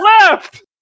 left